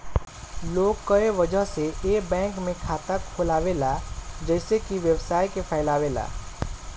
लोग कए वजह से ए बैंक में खाता खोलावेला जइसे कि व्यवसाय के फैलावे ला